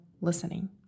listening